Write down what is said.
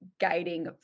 guiding